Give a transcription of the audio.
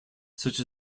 such